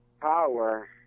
power